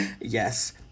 yes